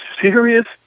serious